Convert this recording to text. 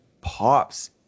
pops